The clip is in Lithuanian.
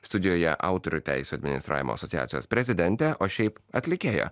studijoje autorių teisių administravimo asociacijos prezidentė o šiaip atlikėja